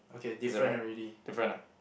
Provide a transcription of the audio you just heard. is it right different ah